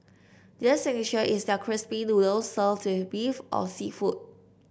their signature is their crispy noodles served in beef or seafood